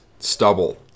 stubble